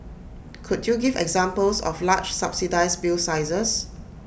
could you give examples of large subsidised bill sizes